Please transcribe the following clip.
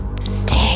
stay